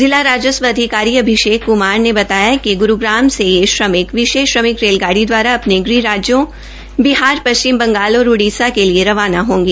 जिला राजस्व अधिकारी अभिषेक कुमार ने बताया कि ग्रूगाम से यह श्रमिक विशेष रेलगाड़ी दवारा अपने गृह राज्यों बिहार पश्चिम बंगाल और उड़ीस के लिए रवाना होंगे